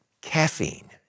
Caffeine